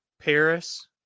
Paris